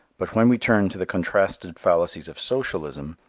but when we turn to the contrasted fallacies of socialism,